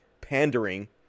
pandering